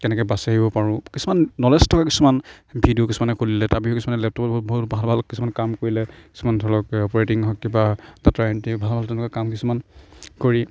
কেনেকৈ বাচি আহিব পাৰোঁ কিছুমান নলেজ থকা কিছুমান ভিডিঅ' কিছুমানে কৰিলে তাৰ পিছত লেপটপত বহুত ভাল ভাল কিছুমান কাম কৰিলে কিছুমান ধৰক ডাটা এণ্ট্ৰী ভাল তেনেকুৱা কাম কিছুমান কৰি